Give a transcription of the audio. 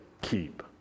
keep